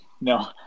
No